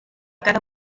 cada